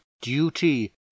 duty